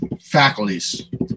faculties